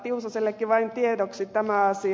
tiusasellekin vain tiedoksi tämä asia